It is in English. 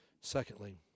Secondly